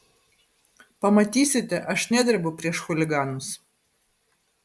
pamatysite aš nedrebu prieš chuliganus